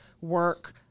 work